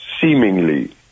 seemingly